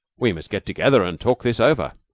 we must get together and talk this over.